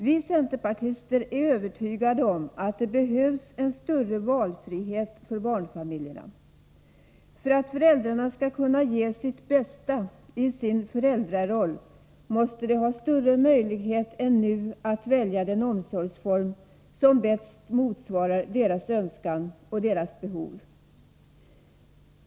Vi centerpartister är övertygade om att det behövs en större valfrihet för barnfamiljerna. För att föräldrarna skall kunna ge sitt bästa i sin föräldraroll måste de ha större möjlighet än nu att välja den omsorgsform som bäst motsvarar deras önskan och deras behov.